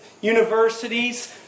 universities